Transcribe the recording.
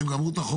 -- והאחרונה.